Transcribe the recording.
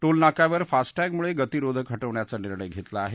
toll नाक्यावर फास्टटॅगमुळे गतिरोधक हटवण्याचा निर्णय घेतला आहे